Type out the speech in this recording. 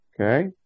Okay